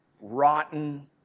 rotten